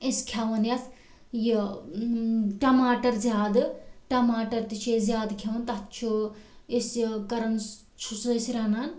أسۍ کھٮ۪وان یَتھ یہِ ٹماٹر زیادٕ ٹماٹر تہِ چھِ أسۍ زیادٕ کھٮ۪وان تَتھ چھُ اسہِ کَران چھُ سُہ أسۍ رَنان